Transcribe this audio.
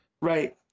Right